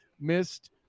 missed